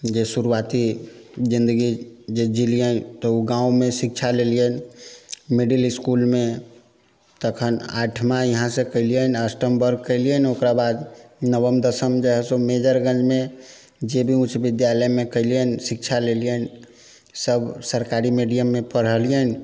जे शुरुआती जिन्दगी जे जिलियनि तऽ ओ गाममे शिक्षा लेलियनि मिडिल इस्कुलमे तखन आठमा यहाँसँ केलियनि अष्टम वर्ग केलियनि ओकरा बाद नवम दशम जे हइ सो मेजरगञ्जमे जे बी उच्च विद्यालयमे केलियनि शिक्षा लेलियनि सभ सरकारी मिडियममे पढ़लियनि